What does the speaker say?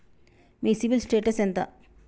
మీ CIBIL status ఎంత?